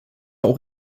auch